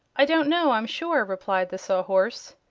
i don't know, i'm sure, replied the sawhorse.